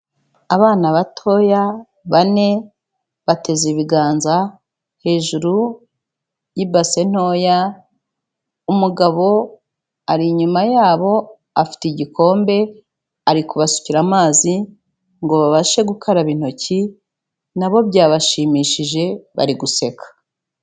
Abana batoya bane bateze ibiganza hejuru y'ibase ntoya, umugabo ari inyuma yabo afite igikombe ari kubasukira amazi ngo babashe gukaraba intoki, na bo byabashimishije bari guseka.